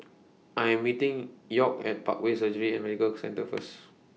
I Am meeting York At Parkway Surgery and Medical Centre First